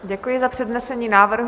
Děkuji za přednesení návrhu.